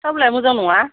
साब्लाया मोजां नङा